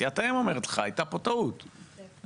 סיעת האם אומרת לך הייתה פה טעות טכנית.